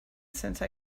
since